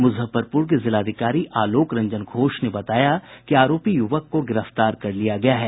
मुजफ्फरपुर के जिलाधिकारी आलोक रंजन घोष ने बताया कि आरोपी युवक को गिरफ्तार कर लिया गया है